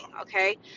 okay